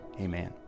amen